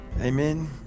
Amen